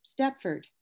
Stepford